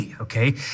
Okay